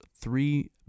three